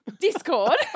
Discord